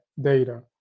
data